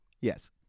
Yes